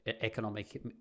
economic